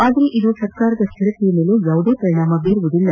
ಆದರೆ ಇದು ಸರ್ಕಾರದ ಶ್ಹಿರತೆಯ ಮೇಲೆ ಯಾವುದೇ ಪರಿಣಾಮ ಬೀರುವುದಿಲ್ಲ